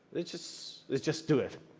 let's just let's just do it.